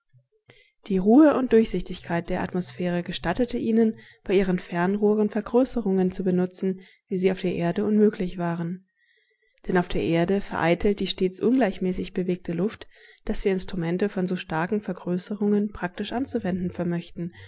die ruhe und durchsichtigkeit der atmosphäre gestattete ihnen bei ihren fernrohren vergrößerungen zu benutzen wie sie auf der erde unmöglich waren denn auf der erde vereitelt die stets ungleichmäßig bewegte luft daß wir instrumente von so starken vergrößerungen praktisch anzuwenden vermöchten